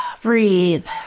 Breathe